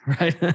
right